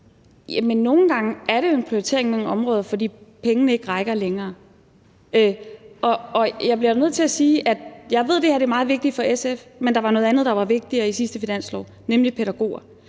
nogle gange er det jo en prioritering imellem nogle områder, fordi pengene ikke rækker længere. Jeg bliver nødt til at sige, at jeg ved, at det her er meget vigtigt for SF, men at der var noget andet, der var vigtigere i sidste finanslov, nemlig pædagoger.